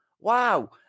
wow